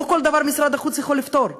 לא כל דבר משרד החוץ יכול לפתור,